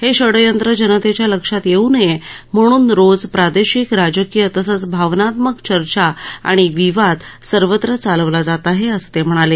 हे षड्यंत्र जनतेच्या लक्षात येऊ नये म्हणून रोज प्रादेशिक राजकीय तसंच भावनात्मक चर्चा आणि विवाद सर्वत्र चालवला जात आहे असं ते म्हणाले